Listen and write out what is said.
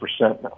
now